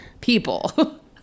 people